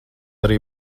arī